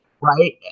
Right